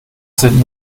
sind